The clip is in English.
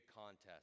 contest